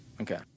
Okay